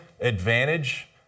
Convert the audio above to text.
advantage